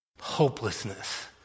hopelessness